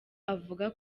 avuga